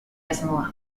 asmoa